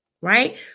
right